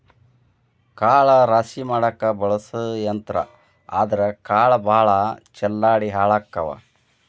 ಕಾಳ ರಾಶಿ ಮಾಡಾಕ ಬಳಸು ಯಂತ್ರಾ ಆದರಾ ಕಾಳ ಭಾಳ ಚಲ್ಲಾಡಿ ಹಾಳಕ್ಕಾವ